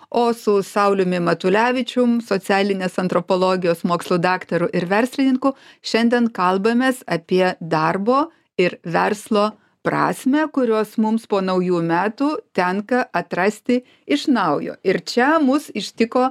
o su sauliumi matulevičium socialinės antropologijos mokslų daktaru ir verslininku šiandien kalbamės apie darbo ir verslo prasmę kurios mums po naujų metų tenka atrasti iš naujo ir čia mus ištiko